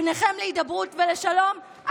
פניכם להידברות ולשלום,